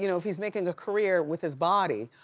you know if he's making a career with his body,